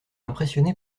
impressionné